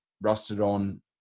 rusted-on